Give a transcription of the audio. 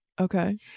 Okay